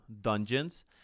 dungeons